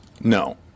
No